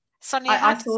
Sonia